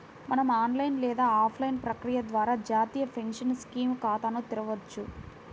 మనం ఆన్లైన్ లేదా ఆఫ్లైన్ ప్రక్రియ ద్వారా జాతీయ పెన్షన్ స్కీమ్ ఖాతాను తెరవొచ్చు